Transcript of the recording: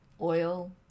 oil